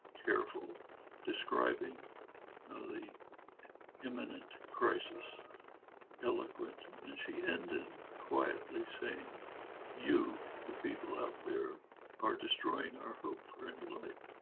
careful describing the imminent crisis eloquent as and and and she ended quietly saying you the people out there are destroying our hope for any life.